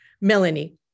Melanie